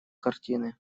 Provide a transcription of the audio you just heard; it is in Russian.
картины